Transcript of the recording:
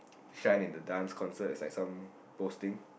shine in the dance concert is like some posting